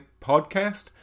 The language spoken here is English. podcast